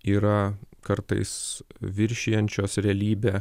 yra kartais viršijančios realybę